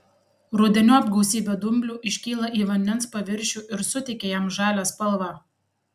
rudeniop gausybė dumblių iškyla į vandens paviršių ir suteikia jam žalią spalvą